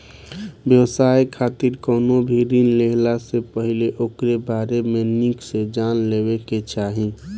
व्यवसाय खातिर कवनो भी ऋण लेहला से पहिले ओकरी बारे में निक से जान लेवे के चाही